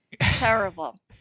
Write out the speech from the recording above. Terrible